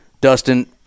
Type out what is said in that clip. Dustin